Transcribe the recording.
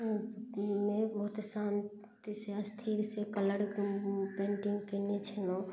मे बहुत शान्ति से स्थिर से कलरके पेन्टिंग कयने छलहुॅं